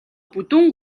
бүдүүн